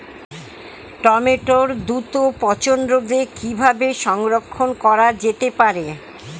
টমেটোর দ্রুত পচনরোধে কিভাবে সংরক্ষণ করা যেতে পারে?